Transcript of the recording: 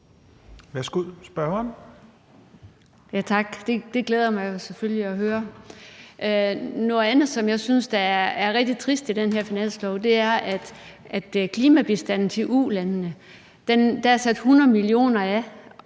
Susanne Zimmer (FG): Tak. Det glæder mig selvfølgelig at høre. Noget andet, som jeg synes er rigtig trist i den her finanslov, er klimabistanden til ulandene. Der er sat 100 mio. kr. af,